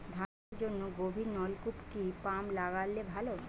ধান চাষের জন্য গভিরনলকুপ কি পাম্প লাগালে ভালো?